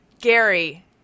Gary